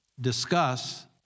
discuss